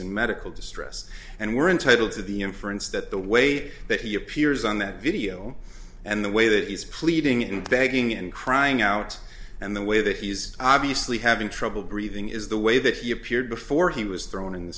in medical distress and we're entitled to the inference that the way that he appears on that video and the way that he's pleading and begging and crying out and the way that he's obviously having trouble breathing is the way that he appeared before he was thrown in the